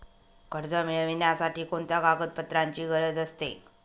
कर्ज मिळविण्यासाठी कोणत्या कागदपत्रांची गरज असते?